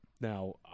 Now